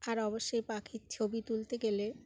আর অবশ্যই পাখির ছবি তুলতে গেলে